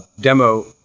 demo